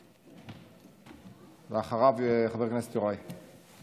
אחריו, חבר הכנסת יוראי.